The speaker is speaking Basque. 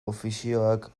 ofizioak